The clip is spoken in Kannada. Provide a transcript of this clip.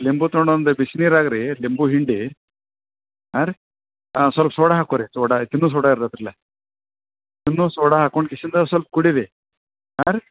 ಲಿಂಬು ತೊಗೊಂಡು ಒಂದು ಬಿಸಿನೀರಾಗ್ರಿ ಲಿಂಬು ಹಿಂಡಿ ಹಾಂ ರಿ ಹಾಂ ಸ್ವಲ್ಪ ಸೋಡ ಹಾಕ್ಕೊರಿ ಸೋಡ ತಿನ್ನೋ ಸೋಡ ಇರ್ತೈತ್ರೆಲ್ಲ ತಿನ್ನೋ ಸೋಡ ಹಾಕೊಂಡ್ಕೇಸಿಂದ ಸ್ವಲ್ಪ ಕುಡೀರಿ ಹಾಂ ರಿ